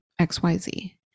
xyz